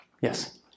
Yes